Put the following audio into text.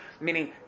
Meaning